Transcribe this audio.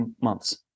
months